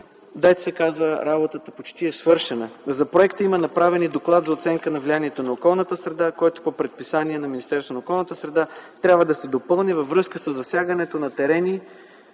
така че работата почти е свършена. За проекта има направен и доклад за оценка на влиянието върху околната среда, който по предписание на Министерството на околната среда трябва да се допълни във връзка със засягането на терени